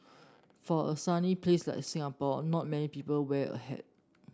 for a sunny place like Singapore not many people wear a hat